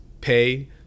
pay